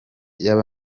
y’aba